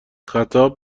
خطاب